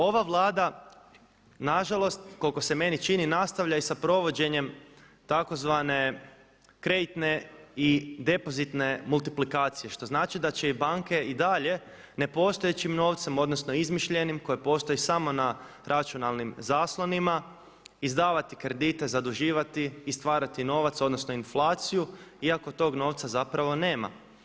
Ova Vlada na žalost koliko se meni čini nastavlja i sa provođenjem tzv. kreditne i depozitne multiplikacije što znači da će i banke i dalje nepostojećim novcem, odnosno izmišljenim koji postoji samo na računalnim zaslonima izdavati kredite, zaduživati i stvarati novac, odnosno inflaciju iako tog novca zapravo nema.